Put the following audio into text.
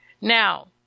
Now